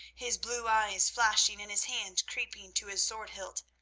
his blue eyes flashing and his hand creeping to his sword hilt.